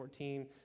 2014